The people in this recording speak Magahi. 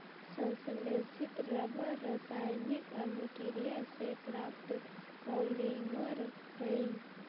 संश्लेषित रबर रासायनिक अभिक्रिया से प्राप्त पॉलिमर हइ